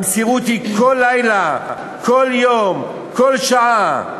המסירות היא כל לילה, כל יום, כל שעה.